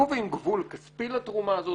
קובעים גבול כספי לתרומה הזאת,